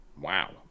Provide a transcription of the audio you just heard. Wow